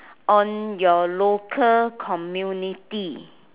on your local community